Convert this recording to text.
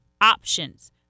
options